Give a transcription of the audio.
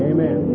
Amen